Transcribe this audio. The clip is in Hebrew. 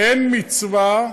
אין מצווה,